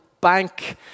bank